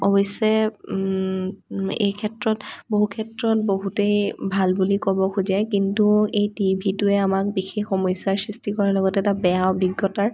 অৱশ্য়ে এইক্ষেত্ৰত বহুক্ষেত্ৰত বহুতেই ভাল বুলি ক'ব খোজে কিন্তু এই টিভিটোৱে আমাক বিশেষ সমস্য়াৰ সৃষ্টি কৰাৰ লগতে এটা বেয়া অভিজ্ঞতাৰ